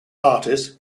artist